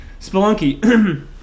Spelunky